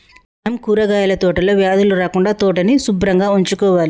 మనం కూరగాయల తోటలో వ్యాధులు రాకుండా తోటని సుభ్రంగా ఉంచుకోవాలి